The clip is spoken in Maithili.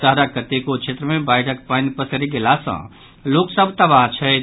शहरक कतेको क्षेत्र मे बाढ़िक पानि पसरि गेला सँ लोक सभ तबाह छथि